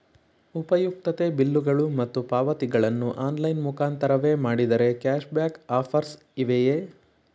ಉಪಯುಕ್ತತೆ ಬಿಲ್ಲುಗಳು ಮತ್ತು ಪಾವತಿಗಳನ್ನು ಆನ್ಲೈನ್ ಮುಖಾಂತರವೇ ಮಾಡಿದರೆ ಕ್ಯಾಶ್ ಬ್ಯಾಕ್ ಆಫರ್ಸ್ ಇವೆಯೇ?